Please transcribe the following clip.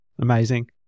Amazing